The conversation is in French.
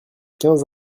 quinze